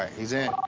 he's in.